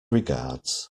regards